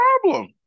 problem